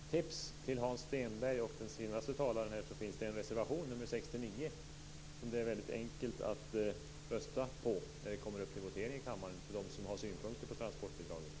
Fru talman! Jag vill bara ge ett litet tips till Hans Stenberg och den senaste talaren. Det finns en reservation nr 69 som de som har synpunkter på transportbidraget lätt kan rösta på när det blir votering här i kammaren.